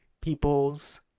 peoples